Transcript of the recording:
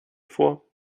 vor